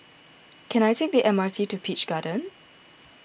can I take the M R T to Peach Garden